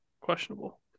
questionable